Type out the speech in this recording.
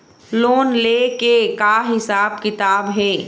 Loan ले के का हिसाब किताब हे?